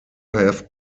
have